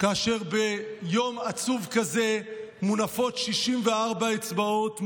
כאשר ביום עצוב כזה מונפות 64 אצבעות מולכם,